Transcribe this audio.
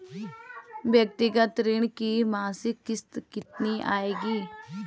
व्यक्तिगत ऋण की मासिक किश्त कितनी आएगी?